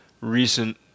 recent